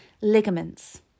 Ligaments